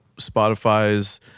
Spotify's